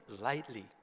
lightly